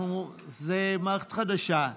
זו מערכת חדשה,